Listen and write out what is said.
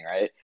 right